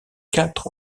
quatre